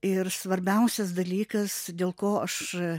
ir svarbiausias dalykas dėl ko aš